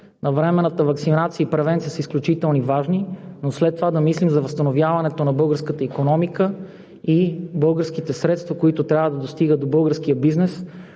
Навременната ваксинация и превенция са изключително важни, но след това да мислим за възстановяването на българската икономика и българските средства, които трябва да достигат до българския бизнес.